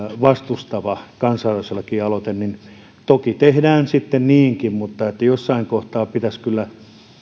vastustava kansalaislakialoite niin toki tehdään sitten niinkin mutta jossain kohtaa pitäisi kyllä